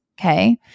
Okay